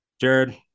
Jared